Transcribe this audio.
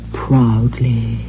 proudly